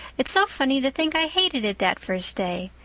it's so funny to think i hated it that first day.